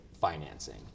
financing